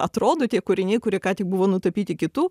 atrodo tie kūriniai kurie ką tik buvo nutapyti kitų